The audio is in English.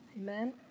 Amen